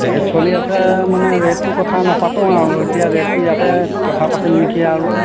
rate চলি আছে মানে ৰেটটো কথা নাপাতোঁ আৰু এতিয়া ৰেটটো ইয়াতে কথা পাতিম নেকি আৰু